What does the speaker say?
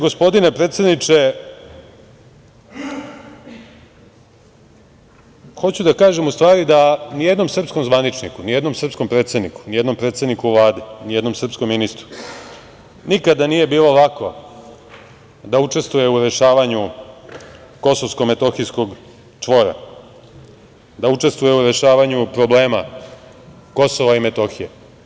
Hoću da kažem da ni jednom srpskom zvaničniku, ni jednom srpskom predsedniku, ni jednom predsedniku Vlade, ni jednom srpskom ministru nikada nije bilo lako da učestvuje u rešavanju kosovsko-metohijskog čvora, da učestvuje u rešavanju problema Kosova i Metohije.